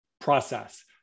process